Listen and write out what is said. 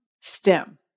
stem